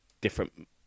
different